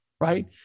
right